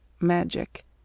magic